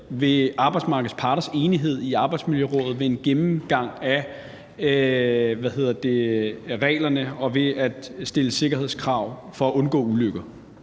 arbejdsmarkedets parter i Arbejdsmiljørådet ved en gennemgang af reglerne og ved at stille sikkerhedskrav for at undgå ulykker.